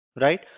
right